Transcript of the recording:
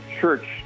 church